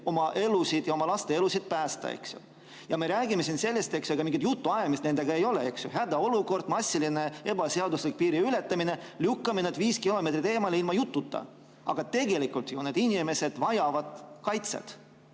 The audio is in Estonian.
oma elusid ja oma laste elusid päästa. Ja meie räägime siin sellest, et mingit jutuajamist nendega ei ole – hädaolukord, massiline ebaseaduslik piiri ületamine. Lükkame nad viielt kilomeetrilt eemale ilma jututa. Aga tegelikult need inimesed vajavad kaitset.